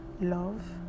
love